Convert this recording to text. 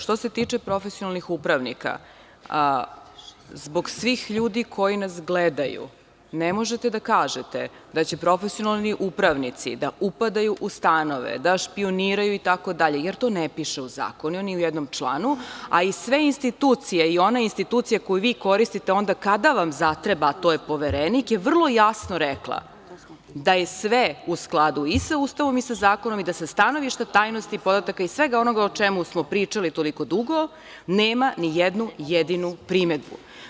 Što se tiče profesionalnih upravnika, zbog svih ljudi koji nas gledaju, ne možete da kažete da će profesionalni upravnici da upadaju u stanove, da špijuniraju, itd, jer to ne piše u zakonu, ni u jednom članu, a i sve institucije i one institucije koje vi koristite onda kada vam zatreba, a to je Poverenik, su vrlo jasno rekle da je sve u skladu i sa Ustavom i sa zakonom i da sa stanovišta tajnosti podataka i svega onoga o čemu smo pričali toliko dugo, nema ni jednu jedinu primedbu.